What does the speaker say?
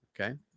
Okay